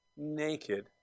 naked